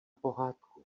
pohádku